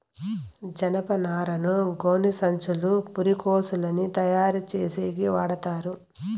జనపనారను గోనిసంచులు, పురికొసలని తయారు చేసేకి వాడతారు